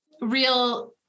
real